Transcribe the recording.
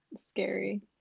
scary